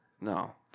No